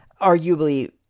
arguably